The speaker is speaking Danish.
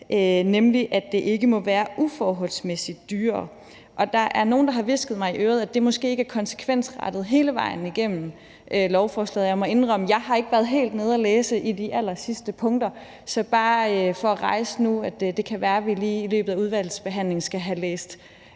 nemlig at det ikke må være uforholdsmæssig dyrere. Og der er nogen, der har hvisket mig i øret, at det måske ikke er konsekvensrettet hele vejen igennem lovforslaget, men jeg må indrømme, at jeg ikke har været helt nede at læse i de allersidste punkter, så bare for at rejse det nu vil jeg sige, at det kan være, at vi i løbet af udvalgsbehandlingen skal have læst